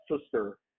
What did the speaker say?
sister